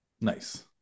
Nice